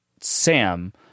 Sam